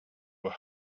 were